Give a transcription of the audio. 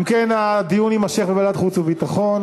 אם כן, הדיון יימשך בוועדת החוץ והביטחון.